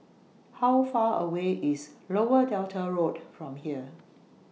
How Far away IS Lower Delta Road from here